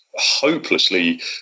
hopelessly